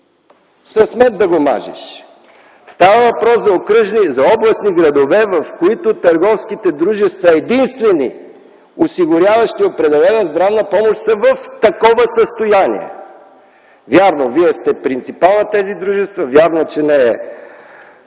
– с мед да го мажеш, но става въпрос за окръжни, за областни градове, в които търговските дружества, единствени осигуряващи определена здравна помощ, са в такова състояние. Вярно е, Вие сте принципал на тези дружества. Вярно е, че не е